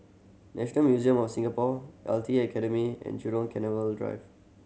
National Museum of Singapore L T A Academy and Jurong Canal Drive